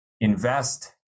invest